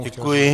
Děkuji.